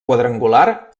quadrangular